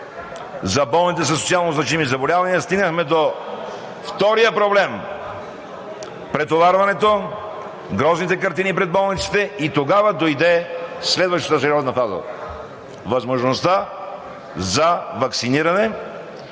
за болните със социално значими заболявания, стигнахме до втория проблем – претоварването, грозните картини пред болниците. Тогава дойде следващата сериозна фаза – възможността за ваксиниране